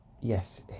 yes